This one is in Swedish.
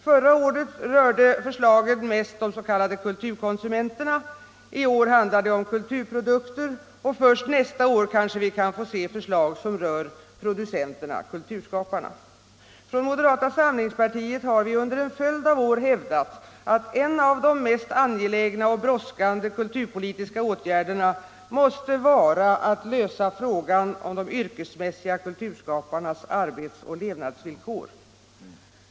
Förra året rörde förslagen mest de s.k. kulturkonsumenterna, i år handlar det om kulturprodukter, och först nästa år kan vi kanske få se förslag som rör ”producenterna”, kulturskaparna. Från moderata samlingspartiet har vi under en följd av år hävdat att en av de mest angelägna och brådskande kulturpolitiska åtgärderna måste vara att lösa frågan om de yrkesmässiga kulturskaparnas arbetsoch levnadsvillkor.